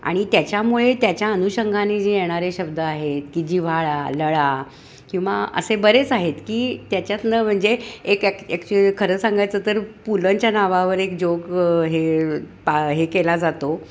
आणि त्याच्यामुळे त्याच्या अनुषंगाने जे येणारे शब्द आहेत की जिव्हाळा लळा किंवा असे बरेच आहेत की त्याच्यातनं म्हणजे एक ॲक ॲक्च्युली खरं सांगायचं तर पुलंंच्या नावावर एक जोक हे पा हे केला जातो